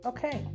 Okay